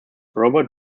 robert